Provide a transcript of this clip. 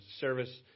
service